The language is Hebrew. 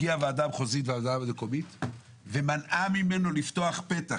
הגיעה ועדה מחוזית וועדה מקומית ומנעה ממנו לפתוח פתח,